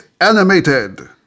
Animated